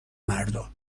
مردا